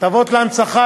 הטבות להנצחה,